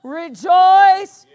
rejoice